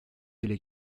dile